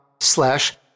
slash